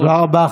תודה רבה.